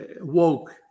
woke